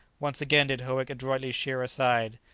once again did howick adroitly sheer aside,